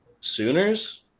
Sooners